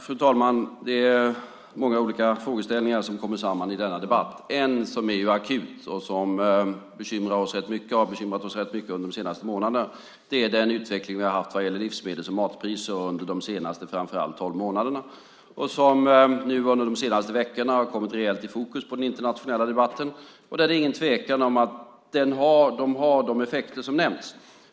Fru talman! Det är många olika frågeställningar som kommer samman i denna debatt. En som är akut, som bekymrar oss och som har bekymrat oss rätt mycket under de senaste månaderna, är den utveckling vi har haft vad gäller livsmedels och matpriser under framför allt de senaste tolv månaderna. Detta har nu, under de senaste veckorna, kommit rejält i fokus i den internationella debatten, och det är ingen tvekan om att priserna har de effekter som nämnts.